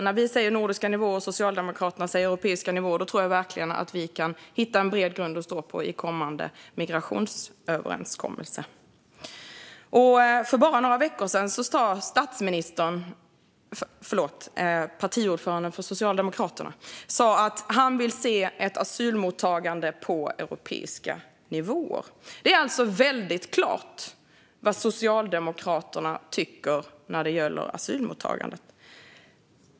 När vi säger nordiska nivåer och Socialdemokraterna säger europeiska nivåer, då tror jag verkligen att vi kan hitta en bred grund att stå på i en kommande migrationsöverenskommelse. För bara några veckor sedan sa statsministern - förlåt, partiordföranden för Socialdemokraterna - att han vill se ett asylmottagande på europeiska nivåer. Det är alltså klart vad Socialdemokraterna tycker när det gäller asylmottagandet.